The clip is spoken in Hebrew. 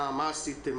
מה עשיתם?